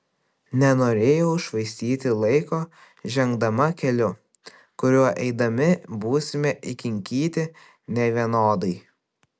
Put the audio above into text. nenorėjau švaistyti laiko žengdama keliu kuriuo eidami būsime įkinkyti nevienodai